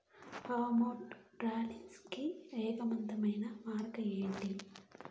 amount transfer కి వేగవంతమైన మార్గం ఏంటి